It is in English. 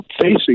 facing